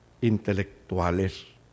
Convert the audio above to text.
intelectuales